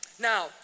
Now